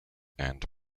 and